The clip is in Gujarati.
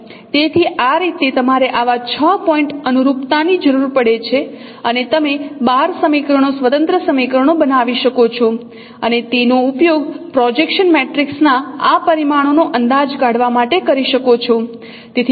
તેથી આ રીતે તમારે આવા છ પોઇન્ટ અનુરૂપતાની જરૂર પડે છે અને તમે બાર સમીકરણો સ્વતંત્ર સમીકરણો બનાવી શકો છો અને તેનો ઉપયોગ પ્રોજેક્શનમેટ્રિક્સ ના આ પરિમાણોનો અંદાજ કાઢવા માટે કરી શકો છો